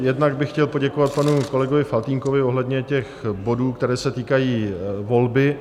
Jednak bych chtěl poděkovat panu kolegovi Faltýnkovi ohledně těch bodů, které se týkají volby.